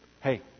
Hey